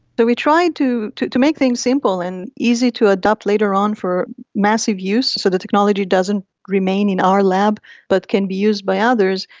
but we tried to to make things simple and easy to adapt later on for massive use, so the technology doesn't remain in our lab but can be used by others.